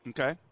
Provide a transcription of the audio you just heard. Okay